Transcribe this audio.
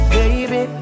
baby